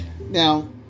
Now